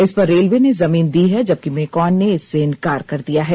इस पर रेलवे ने जमीन दी है जबकि मेकॉन ने इससे इनकार कर दिया है